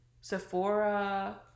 Sephora